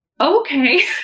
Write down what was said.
okay